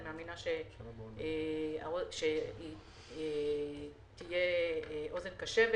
אני מאמינה שתהיה אוזן קשבת